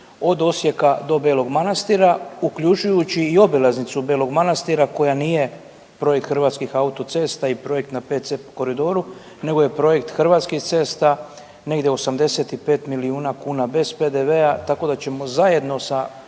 od Osijeka do Belog Manastira uključujući i obilaznicu Belog Manastira koja nije projekt Hrvatskih autocesta i projekt na 5C koridoru, nego je projekt Hrvatskih cesta negdje 85 milijuna kuna bez PDV-a tako da ćemo zajedno sa